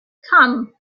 come